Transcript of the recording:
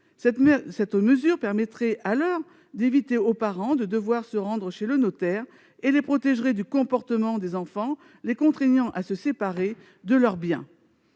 Cette mesure permettrait d'éviter aux parents de devoir se rendre chez le notaire, et les protégerait du comportement des enfants, comportement qui les contraint parfois à se séparer de leurs biens.